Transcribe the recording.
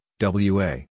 WA